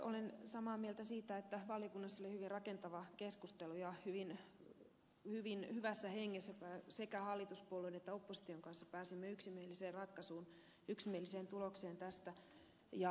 olen samaa mieltä siitä että valiokunnassa oli hyvin rakentava keskustelu ja hyvin hyvässä hengessä sekä hallituspuolueiden että opposition kanssa pääsimme yksimieliseen ratkaisuun yksimieliseen tulokseen tästä